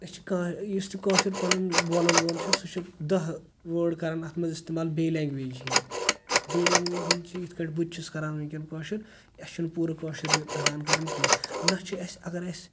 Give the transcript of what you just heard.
أسۍ چھِ کانٛہہ یُس تہِ کٲشُر پَنُن بولان وول چھُ سُہ چھُ دہ وٲڑ کَران اِستعمال بیٚیہ لٮ۪نٛگویج ہِنٛدۍ بیٚیہ لٮ۪نٛگویج ہِنٛدۍ چھِ یِتھ پٲٹھۍ بٕتہِ چھُس کران وٕنۍکٮ۪ن کٲشُر اسہِ چھُ نہٕ پوٗرٕ کٲشُر یُتھ تَگان کَرُن کیٚنٛہہ نہ چھ اسہِ اگر اسہِ